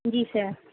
جی سر